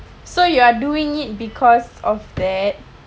so you are doing it because of that